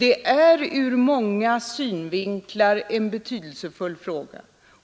Det är ur många synvinklar en betydelsefull fråga.